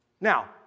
Now